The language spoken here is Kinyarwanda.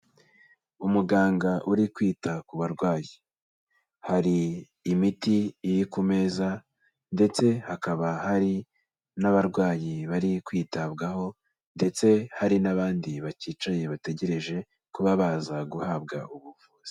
Umuganga uri kwita ku barwayi, hari imiti iri ku meza ndetse hakaba hari n'abarwayi bari kwitabwaho ndetse hari n'abandi bacyicaye, bategereje kuba baza guhabwa ubuvuzi.